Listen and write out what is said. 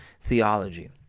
theology